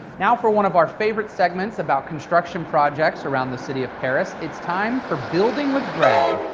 now for one of our favorite segments about construction projects around the city of perris, it's time for building with brad.